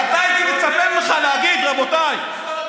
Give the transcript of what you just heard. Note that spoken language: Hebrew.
צודק.